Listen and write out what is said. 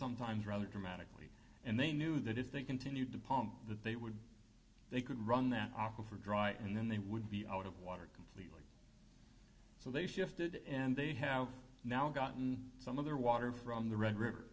sometimes rather dramatically and they knew that if they continued to pump that they would they could run them off or dry and then they would be out of water completely so they shifted and they have now gotten some of their water from the red river